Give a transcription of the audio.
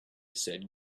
said